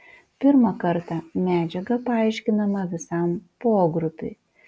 pirmą kartą medžiaga paaiškinama visam pogrupiui